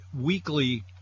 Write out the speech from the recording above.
weekly